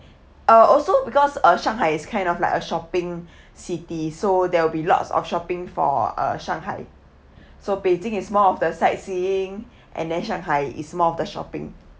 uh also because uh shanghai is kind of like a shopping city so there will be lots of shopping for uh shanghai so beijing is more of the sightseeing and then shanghai is more of the shopping